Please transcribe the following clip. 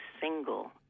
single